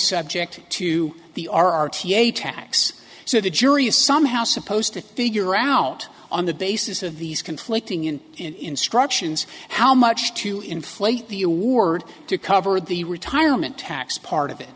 subject to the r t a tax so the jury is somehow supposed to figure out on the basis of these conflicting and in instructions how much to inflate the award to cover the retirement tax part of it